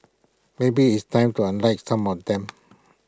maybe it's time to unlike some of them